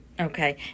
Okay